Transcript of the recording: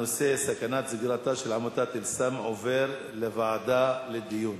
הנושא סכנת סגירתה של עמותת "אל סם" עובר לוועדה לדיון.